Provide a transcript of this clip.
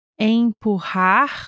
Empurrar